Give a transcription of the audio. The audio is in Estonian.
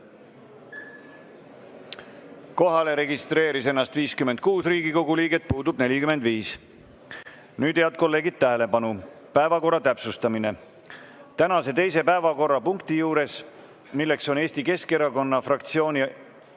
Kohalolijaks registreeris ennast 56 Riigikogu liiget, puudub 45.Nüüd, head kolleegid, tähelepanu! Päevakorra täpsustamine. Tänase teise päevakorrapunkti juures, mis on Eesti Keskerakonna fraktsiooni